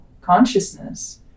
consciousness